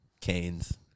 Canes